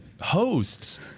hosts